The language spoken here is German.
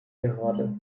gerade